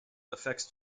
affects